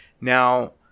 Now